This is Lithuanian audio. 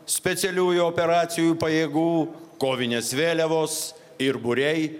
specialiųjų operacijų pajėgų kovinės vėliavos ir būriai